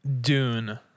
Dune